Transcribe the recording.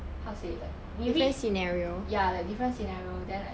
how to say like we read ya like different scenario then like